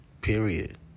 Period